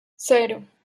cero